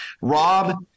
Rob